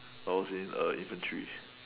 I was in err infantry